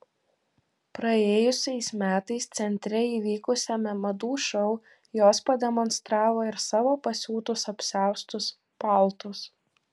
praėjusiais metais centre įvykusiame madų šou jos pademonstravo ir savo pasiūtus apsiaustus paltus